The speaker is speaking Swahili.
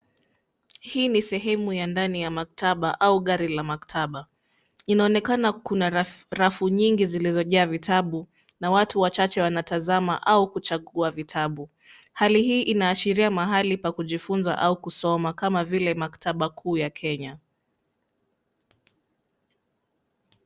Hii ni sehemu ya ndani ya maktaba, au gari la maktaba, inaonekana kuna rafu, rafu nyingi zilizojaa vitabu, na watu wachache wanatazama, au kuchagua vitabu. Hali hii inaashiria mahali pa kujifunza au kusoma kama vile maktaba kuu ya Kenya.